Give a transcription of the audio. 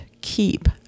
keep